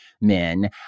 men